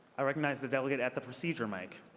i recognize the delegate at the procedural mic.